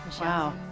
Wow